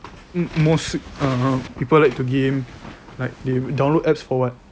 most um people like to game like they download apps for what